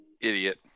Idiot